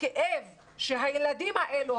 הכאב של הילדים האלו,